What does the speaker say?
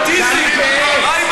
שמענו.